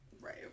right